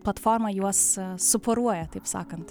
platforma juos suporuoja taip sakant